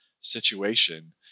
situation